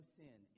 sin